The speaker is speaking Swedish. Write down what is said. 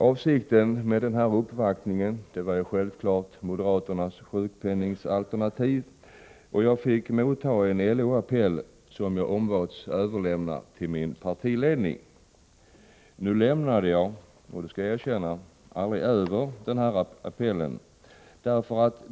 Orsaken till denna uppvaktning var självfallet moderaternas sjukpenningalternativ. Jag fick motta en LO-appell, som jag ombads överlämna till min partiledning. Nu lämnade jag, det skall jag erkänna, aldrig över denna appell.